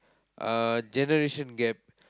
uh generation gap